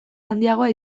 handiagoa